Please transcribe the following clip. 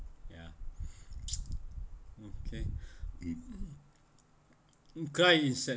ya okay cry is sadness